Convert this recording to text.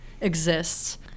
exists